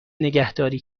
نگهداری